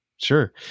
Sure